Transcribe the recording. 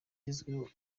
bizwiho